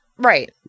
right